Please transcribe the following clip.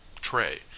tray